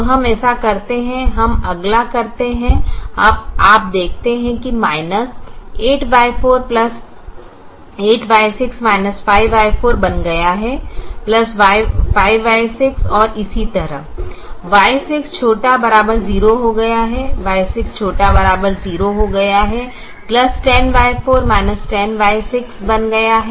तो हम ऐसा करते हैं हम अगला करते हैं अब आप देखते हैं कि माइनस 8Y4 8Y6 5Y4बन गया है 5Y6 और इसी तरह Y6 ≤ 0 हो गया है Y6 ≤ 0 हो गया है 10Y4 10Y6 बन गया है